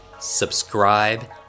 subscribe